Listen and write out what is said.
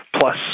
plus